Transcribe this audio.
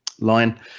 line